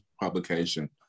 publication